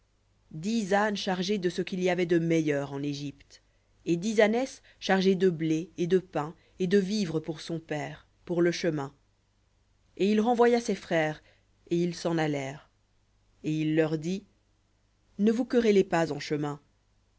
ânes chargés de ce qu'il y avait de meilleur en égypte et dix ânesses chargées de blé et de pain et de vivres pour son père pour le chemin et il renvoya ses frères et ils s'en allèrent et il leur dit ne vous querellez pas en chemin